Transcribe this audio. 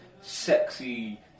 sexy